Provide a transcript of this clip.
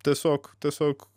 tiesiog tiesiog